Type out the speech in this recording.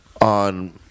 On